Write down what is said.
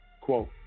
Quote